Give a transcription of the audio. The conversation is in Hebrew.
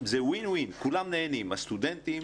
זה Win-Win, כולם נהנים הסטודנטים